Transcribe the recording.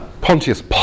Pontius